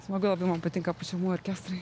smagu labai man patinka pučiamųjų orkestrai